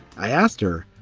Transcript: i asked her,